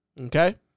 okay